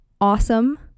awesome